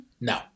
No